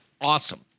awesome